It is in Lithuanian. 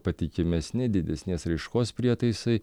patikimesni didesnės raiškos prietaisai